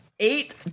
Eight